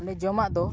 ᱱᱚᱸᱰᱮ ᱡᱚᱢᱟᱜ ᱫᱚ